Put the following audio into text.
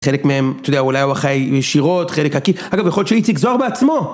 חלק מהם, אתה יודע, אולי הוא אחראי ישירות, חלק עקיף, אגב, יכול להיות שהוא איציק זוהר בעצמו!